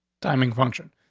timing, function,